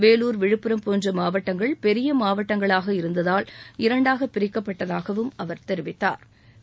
வேலூர் விழுப்புரம் போன்ற மாவட்டங்கள் பெரிய மாவட்டங்களாக இருந்ததால் பிரிக்கப்பட்டதாக அவர் தெரிவித்தாா்